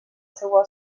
seua